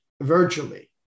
virtually